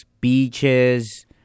beaches